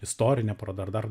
istorinė paroda dar